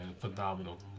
phenomenal